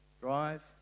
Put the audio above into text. drive